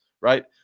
right